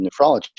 nephrology